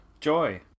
Joy